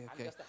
Okay